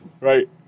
Right